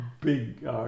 big